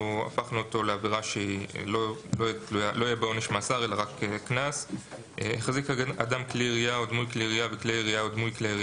או השמדה של כלי ירייה וכעת גם דמוי כלי ירייה,